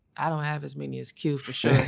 i don't have as many as q for sure.